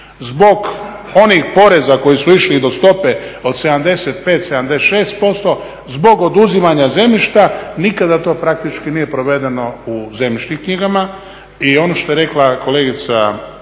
Zbog onih poreza koji su išli i do stope od 75, 75%, zbog oduzimanja zemljišta nikada to praktički nije provedeno u zemljišnim knjigama. I ono što je rekla kolegica